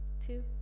two